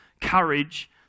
courage